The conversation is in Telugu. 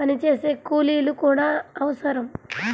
పనిచేసే కూలీలు కూడా అవసరం